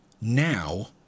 now